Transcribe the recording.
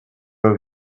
have